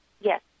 Yes